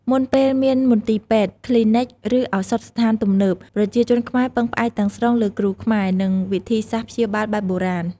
មុនពេលមានមន្ទីរពេទ្យ គ្លីនិក ឬឱសថស្ថានទំនើប ប្រជាជនខ្មែរពឹងផ្អែកទាំងស្រុងលើគ្រូខ្មែរ និងវិធីសាស្ត្រព្យាបាលបែបបុរាណ។